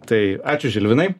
tai ačiū žilvinai